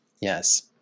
Yes